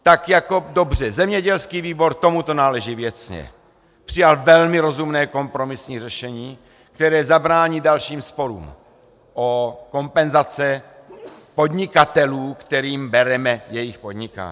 Tak jako dobře, zemědělský výbor, tomu to náleží věcně, přijal velmi rozumné kompromisní řešení, které zabrání dalším sporům o kompenzace podnikatelům, kterým bereme jejich podnikání.